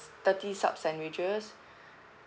thirty sub sandwiches